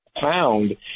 found